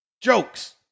Jokes